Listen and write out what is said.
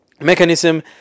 mechanism